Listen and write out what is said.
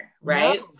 right